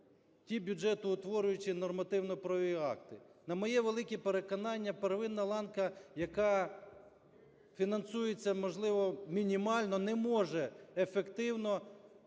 ті бюджетоутворюючі нормативно-правові акти. На моє велике переконання, первинна ланка, яка фінансується, можливо, мінімально, не може ефективно